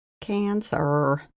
cancer